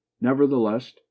nevertheless